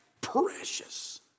precious